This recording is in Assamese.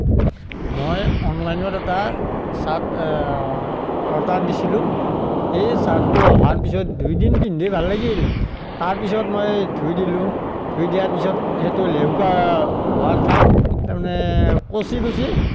মই অনলাইনত এটা চাৰ্ট অৰ্ডাৰ দিছিলোঁ সেই চাৰ্টটো অহাৰ পিছত দুই দিন পিন্ধি ভাল লাগিল তাৰপিছত মই ধুই দিলোঁ ধুই দিয়াৰ পিছত সেইটো লেহুকা হোৱাৰ ঠাইত তাৰমানে কুছি কুছি